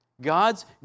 God's